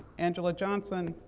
angela johnson,